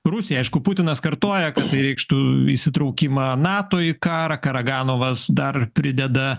rusiją aišku putinas kartoja kad tai reikštų įsitraukimą nato į karą karaganovas dar prideda